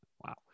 Wow